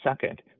second